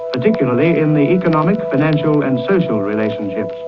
particularly in the economic, financial and social relationships.